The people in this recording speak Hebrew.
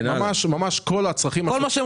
כל הצרכים השוטפים של הרשות, כמו למשל גינון.